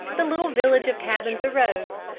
the little village of cabins arose,